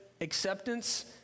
acceptance